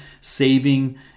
saving